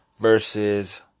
versus